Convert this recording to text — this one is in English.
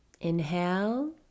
Inhale